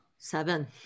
Seven